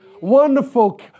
wonderful